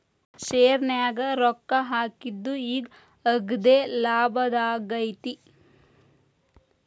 ಶೆರ್ನ್ಯಾಗ ರೊಕ್ಕಾ ಹಾಕಿದ್ದು ಈಗ್ ಅಗ್ದೇಲಾಭದಾಗೈತಿ